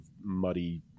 muddy